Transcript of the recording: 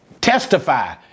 testify